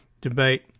debate